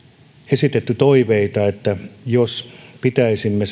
esitetty toiveita että jos pitäisimme